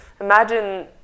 imagine